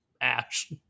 ash